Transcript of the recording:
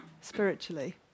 spiritually